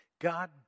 God